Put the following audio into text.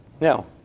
Now